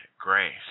grace